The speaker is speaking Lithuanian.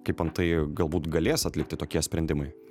kaip antai galbūt galės atlikti tokie sprendimai